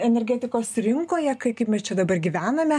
energetikos rinkoje kaip mes čia dabar gyvename